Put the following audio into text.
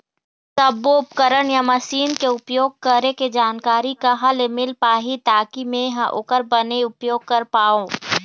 सब्बो उपकरण या मशीन के उपयोग करें के जानकारी कहा ले मील पाही ताकि मे हा ओकर बने उपयोग कर पाओ?